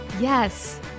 Yes